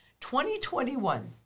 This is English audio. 2021